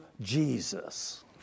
Jesus